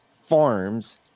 farms